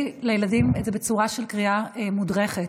לילדים את זה בצורה של קריאה מודרכת